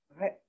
right